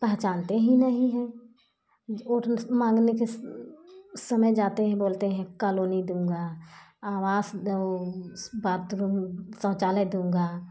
पहचानते ही नहीं हैं वोट मांगने के समय जाते हैं बोलते हैं कालोनी दूँगा आवास ओ बाथरूम शौचालय दूँगा